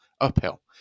uphill